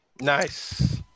Nice